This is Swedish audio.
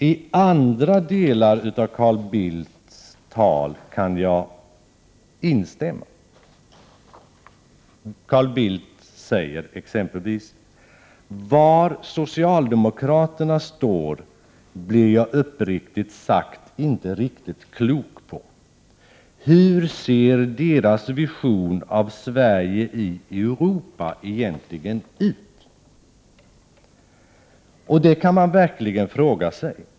I andra delar av Carl Bildts tal kan jag instämma. Carl Bildt säger exempelvis: ”Var socialdemokraterna står blir jag uppriktigt sagt inte riktigt klok på. Hur ser deras vision av Sverige i Europa egentligen ut?” Det kan man verkligen fråga sig.